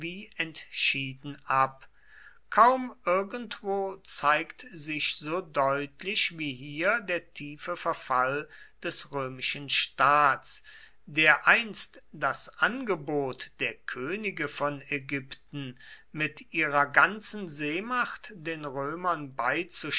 entschieden ab kaum irgendwo zeigt sich so deutlich wie hier der tiefe verfall des römischen staats der einst das angebot der könige von ägypten mit ihrer ganzen seemacht den römern